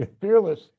Fearless